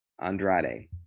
Andrade